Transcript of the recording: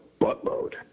buttload